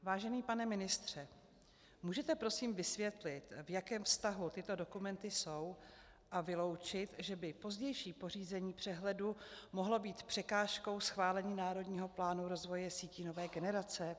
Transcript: Vážený pane ministře, můžete prosím vysvětlit, v jakém vztahu tyto dokumenty jsou, a vyloučit, že by pozdější pořízení přehledu mohlo být překážkou schválení Národního plánu rozvoje sítí nové generace?